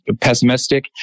pessimistic